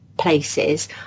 Places